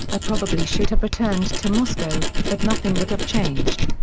i probably should have returned to moscow, but nothing would have changed.